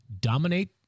dominate